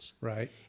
Right